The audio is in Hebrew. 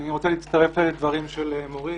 אני רוצה להצטרף לדברים של אורית.